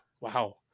wow